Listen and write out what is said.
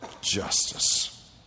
justice